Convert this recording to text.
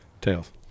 Tails